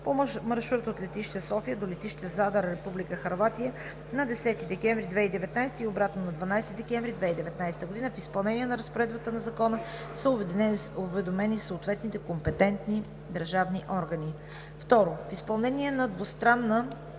по маршрут от летище София до летище Задар, Република Хърватия, на 10 декември 2019 г. и обратно на 12 декември 2019 г. В изпълнение на разпоредбите на Закона са уведомени съответните компетентни държавни органи. 3. В изпълнение на двустранната